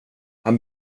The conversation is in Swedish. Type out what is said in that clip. han